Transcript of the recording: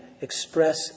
express